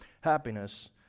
Happiness